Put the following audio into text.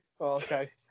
okay